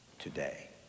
today